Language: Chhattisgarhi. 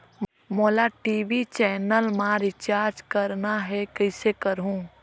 मोला टी.वी चैनल मा रिचार्ज करना हे, कइसे करहुँ?